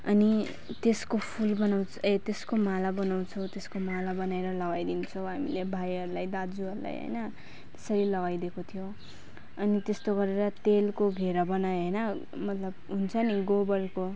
अनि त्यसको फुल बनाउँछ ए त्यसको माला बनाउँछौँ त्यसको माला बनाएर लगाइदिन्छौँ हामीले भाइहरूलाई दाजुहरूलाई होइन त्यसरी लगाइदिएको थियो अनि त्यस्तो गरेर तेलको घेरा बनायो अरे होइन मतलब हुन्छ नि गोबरको